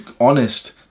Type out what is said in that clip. honest